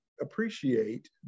appreciate